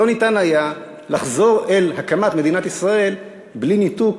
לא היה אפשר לחזור אל הקמת מדינת ישראל בלי ניתוק